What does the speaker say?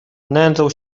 nędzą